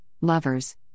lovers